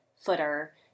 footer